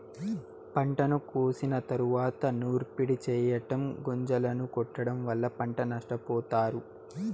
పంటను కోసిన తరువాత నూర్పిడి చెయ్యటం, గొంజలను కొట్టడం వల్ల పంట నష్టపోతారు